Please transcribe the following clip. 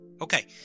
Okay